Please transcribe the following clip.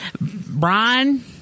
Brian